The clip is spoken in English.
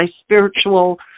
spiritual